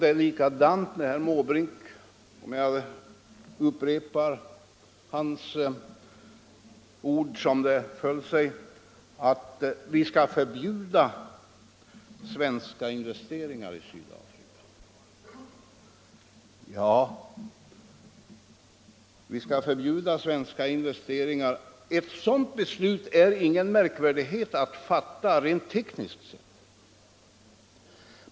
Det är likadant med det herr Måbrink säger om — jag upprepar hans ord som de föll — att vi skall förbjuda svenska investeringar i Sydafrika. Ett sådant beslut - att vi skall förbjuda svenska investeringar — är ingen märkvärdighet att fatta rent tekniskt.